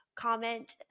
Comment